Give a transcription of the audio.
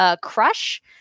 Crush